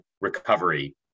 recovery